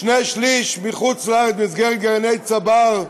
שני-שלישים מחוץ-לארץ במסגרת גרעיני "צבר"